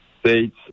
states